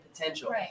potential